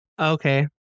Okay